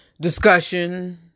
discussion